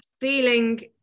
feeling